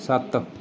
ਸੱਤ